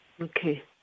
Okay